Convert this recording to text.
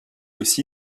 aussi